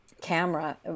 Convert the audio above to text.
camera